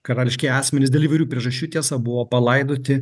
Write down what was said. karališkieji asmenys dėl įvairių priežasčių tiesa buvo palaidoti